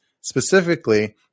Specifically